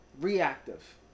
reactive